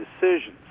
decisions